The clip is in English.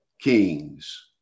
kings